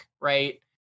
right